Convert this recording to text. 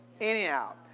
anyhow